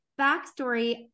backstory